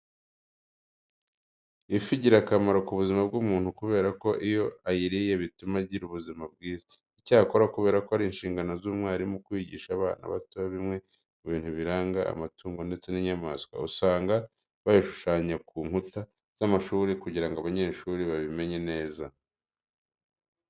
Ifi igira akamaro ku buzima bw'umuntu kubera ko iyo ayiriye bituma agira ubuzima bwiza. Icyakora kubera ko ari inshingano z'umwarimu kwigisha abana bato bimwe mu bintu biranga amatungo ndetse n'inyamaswa, usanga bayashushanya ku nkuta z'amashuri kugira ngo abanyeshuri babimenye neza.